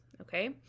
Okay